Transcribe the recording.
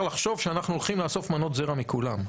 לחשוב שאנחנו הולכים לאסוף מנות זרע מכולם.